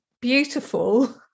beautiful